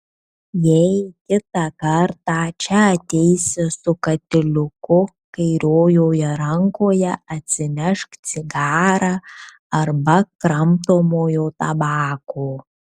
jei kitą kartą čia ateisi su katiliuku kairiojoje rankoje atsinešk cigarą arba kramtomojo tabako